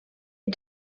est